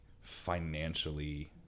financially